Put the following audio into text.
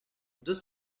deux